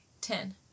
Ten